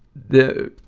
the,